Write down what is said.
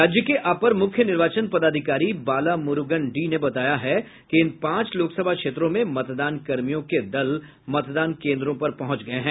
राज्य के अपर मूख्य निर्वाचन पदाधिकारी बालामुरूगन डी ने बताया है कि इन पांच लोकसभा क्षेत्रों में मतदान कर्मियों के दल मतदान कोन्द्रों पर पहुंच गये हैं